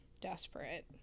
desperate